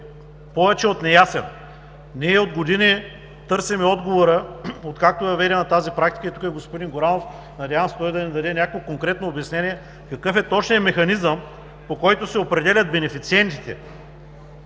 повече от неясен. Ние от години търсим отговора, откакто е въведена тази практика. Тук е господин Горанов. Надявам се той да ни даде някакво конкретно обяснение какъв е точният механизъм, по който се определят бенефициентите,